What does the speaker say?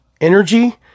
Energy